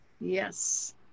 Yes